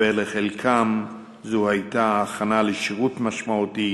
ולחלקם זו הייתה הכנה לשירות משמעותי